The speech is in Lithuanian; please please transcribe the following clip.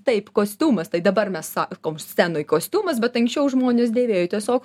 taip kostiumas tai dabar mes sakom scenoj kostiumas bet anksčiau žmonės dėvėjo tiesiog